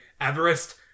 Everest